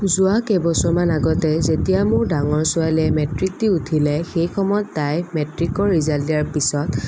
যোৱা কেইবছৰমান আগতে যেতিয়া মোৰ ডাঙৰ ছোৱালীয়ে মেট্ৰিক দি উঠিলে সেই সময়ত তাই মেট্ৰিকৰ ৰিজাল্ট দিয়াৰ পিছত